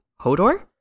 Hodor